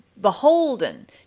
beholden